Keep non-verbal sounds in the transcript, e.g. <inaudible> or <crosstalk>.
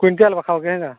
quintal ᱵᱟᱠᱷᱨᱟ <unintelligible>